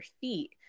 feet